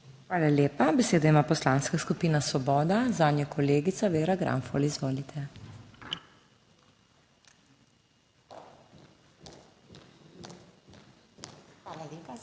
Hvala lepa. Besedo ima Poslanska skupina Svoboda, zanjo kolegica Vera Granfol. Izvolite. **VERA